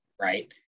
right